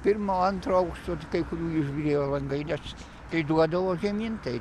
pirmo antro aukšto t kai kurių išbyrėjo langai nes kai duodavo žemyn tai tas